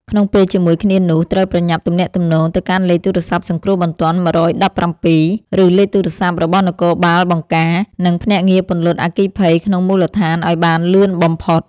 ក្នុងពេលជាមួយគ្នានោះ ត្រូវប្រញាប់ទំនាក់ទំនងទៅកាន់លេខទូរស័ព្ទសង្គ្រោះបន្ទាន់ ១១៧ ឬលេខទូរស័ព្ទរបស់នគរបាលបង្ការ និងភ្នាក់ងារពន្លត់អគ្គីភ័យក្នុងមូលដ្ឋានឱ្យបានលឿនបំផុត។